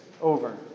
over